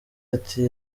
ati